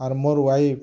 ଅର୍ ମୋର୍ ୱାଇଫ୍